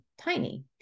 tiny